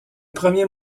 premier